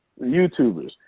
YouTubers